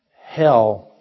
hell